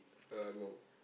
uh no